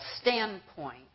standpoint